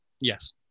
Yes